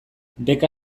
beka